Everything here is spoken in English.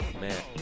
Man